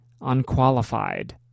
unqualified